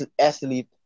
athlete